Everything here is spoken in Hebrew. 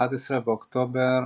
11 באוקטובר